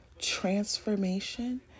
transformation